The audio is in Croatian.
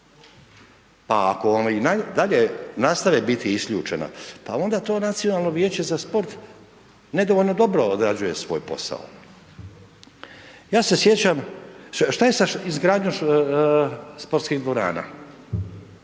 Pa ako vam i dalje nastave biti isključena, pa onda to Nacionalno vijeće za sport, nedovoljno dobro odrađuje svoj posao. Ja se sjećam, šta je sa izgradnjom sportskih dvorana,